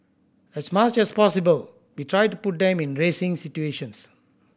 as much as possible we try to put them in racing situations